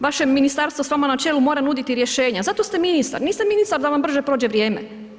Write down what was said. Vaše ministarstvo s vama na čelu mora nuditi rješenja a zato ste ministar, niste ministar da vam brže prođe vrijeme.